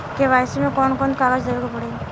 KYC मे कौन कौन कागज देवे के पड़ी?